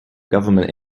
government